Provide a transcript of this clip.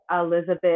Elizabeth